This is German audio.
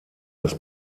des